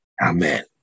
Amen